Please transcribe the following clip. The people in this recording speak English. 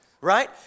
right